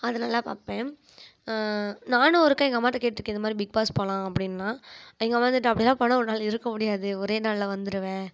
அது நல்லா பார்ப்பேன் நானும் ஒருக்கா எங்கள் அம்மாகிட்ட கேட்டுருக்கேன் இதுமாதிரி பிக் பாஸ் போகலாம் அப்படினுலாம் எங்க அம்மா வந்துட்டு அப்படிலாம் போனால் உன்னால் இருக்க முடியாது ஒரே நாளில் வந்துடுவ